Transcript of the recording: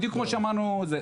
בדיוק כמו שאמרנו זה.